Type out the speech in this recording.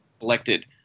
elected